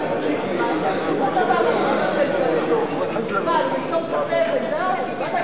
יודע, מה, אז נסתום את הפה וזהו?